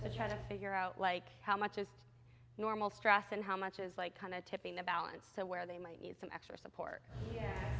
to try to figure out like how much is normal stress and how much is like kind of tipping the balance to where they might need some extra support